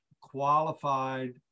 qualified